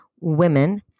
women